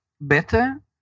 better